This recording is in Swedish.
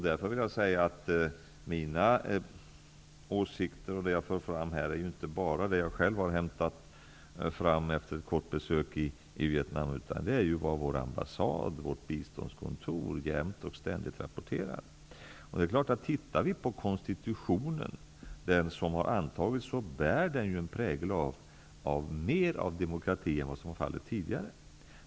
Därför vill jag säga att de åsikter som jag för fram här inte bara är sådant som jag själv har hämtat fram efter ett kort besök i Vietnam, utan det är också vad vår ambassad, vårt biståndskontor jämt och ständigt rapporterar. Det är klart att den konstitution som har antagits bär en prägel av mer av demokrati än som var fallet tidigare.